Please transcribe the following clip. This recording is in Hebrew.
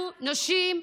אנחנו, הנשים,